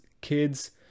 kids